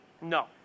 No